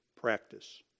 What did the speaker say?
practice